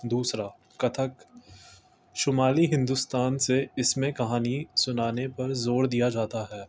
دوسرا کتھک شمالی ہندوستان سے اس میں کہانی سنانے پر زور دیا جاتا ہے